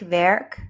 werk